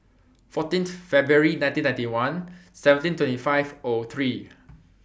fourteen Feb nineteen ninety one seventeen twenty five O three